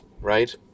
right